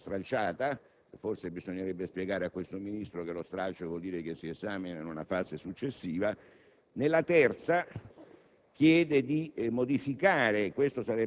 nella seconda chiede di modificarne un'altra che è stata stralciata (forse bisognerebbe spiegare a questo Ministro che lo stralcio vuol dire che si esamina il testo in una fase successiva); nella terza